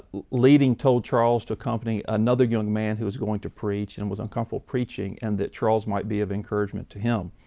leeding told charles to accompany another young man who was going to preach and was uncomfortable preaching and that charles might be of encouragement to him.